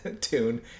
tune